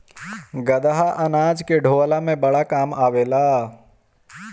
गदहा अनाज के ढोअला में बड़ा काम आवेला